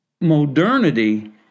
modernity